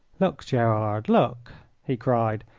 look, gerard, look! he cried,